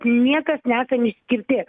niekas nesam išskirti